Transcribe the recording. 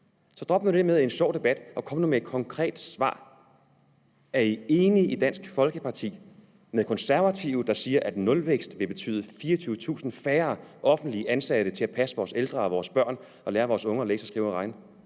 Så drop nu det med, at det er en sjov debat, og kom nu med et konkret svar: Er man i Dansk Folkeparti enige med Konservative, der siger, at nulvækst vil betyde 24.000 færre offentligt ansatte til at passe vores ældre og vores børn og lære vores unge at læse og skrive og regne,